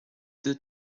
deux